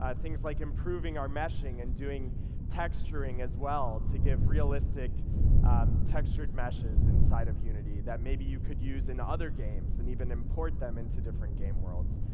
ah things like improving our meshing and doing texture ing as well to give realistic um texture ed meshes inside of unity that maybe you could use in other games and maybe even import them into different game worlds.